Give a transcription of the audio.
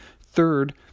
Third